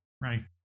right